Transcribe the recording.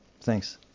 thanks